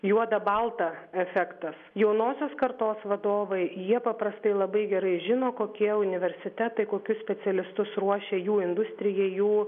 juoda balta efektas jaunosios kartos vadovai jie paprastai labai gerai žino kokie universitetai kokius specialistus ruošia jų industrijai jų